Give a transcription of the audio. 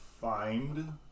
find